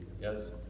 Yes